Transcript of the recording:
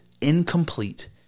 incomplete